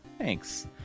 Thanks